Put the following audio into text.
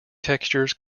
textures